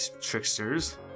tricksters